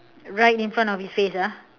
right in front of his face ah